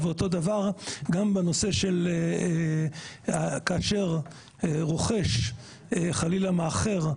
ואותו דבר גם כאשר רוכש חלילה מאחר,